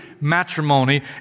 matrimony